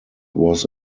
was